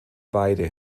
beide